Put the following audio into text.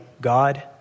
God